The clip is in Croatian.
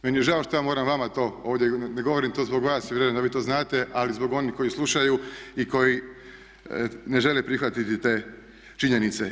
Meni je žao što ja moram vama to, ovdje ne govorim to zbog vas, jer vjerujem da vi to znate, ali zbog onih koji slušaju i koji ne žele prihvatiti te činjenice.